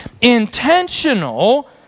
intentional